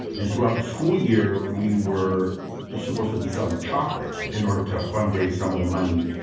and throughout the school year we were supposed to be selling chocolate in order to fund raise some of the money.